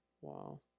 Wow